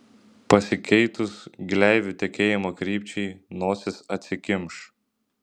pasikeitus gleivių tekėjimo krypčiai nosis atsikimš